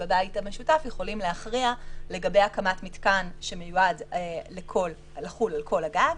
בבית המשותף יכולים להכריע לגבי הקמת מתקן שמיועד לחול על כל הגג.